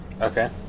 Okay